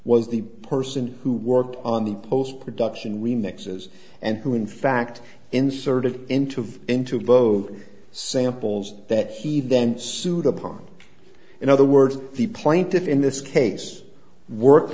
was the person who worked on the post production we mixes and who in fact inserted into of into both samples that he then sued upon in other words the plaintiffs in this case worked